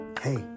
Hey